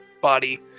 body